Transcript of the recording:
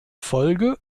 folge